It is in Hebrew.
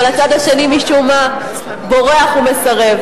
אבל הצד השני משום מה בורח ומסרב.